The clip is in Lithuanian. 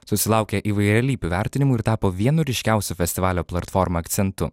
susilaukė įvairialypių vertinimų ir tapo vienu ryškiausiu festivalio plartforma akcentu